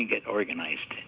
you get organized